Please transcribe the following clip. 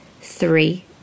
Three